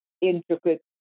intricate